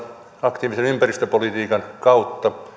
aktiivisen ympäristöpolitiikan kautta